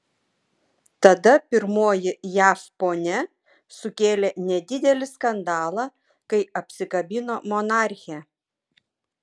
tada pirmoji jav ponia sukėlė nedidelį skandalą kai apsikabino monarchę